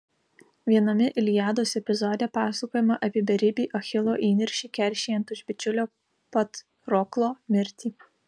viename iliados epizode pasakojama apie beribį achilo įniršį keršijant už bičiulio patroklo mirtį